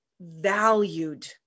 valued